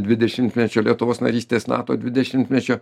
dvidešimtmečio lietuvos narystės nato dvidešimtmečio